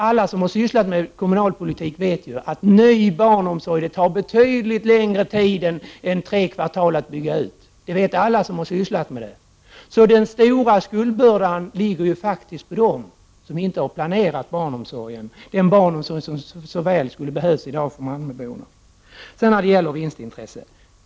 Alla som har sysslat med kommunalpolitik vet att det tar betydligt längre tid än tre kvarts år att bygga ut barnomsorgen med nya platser. Men den stora skuldbördan får de bära som inte har planerat barnomsorgen — den barnomsorg som malmöborna i dag så väl skulle ha behövt. Så till detta med vinstintresset.